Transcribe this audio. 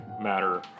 matter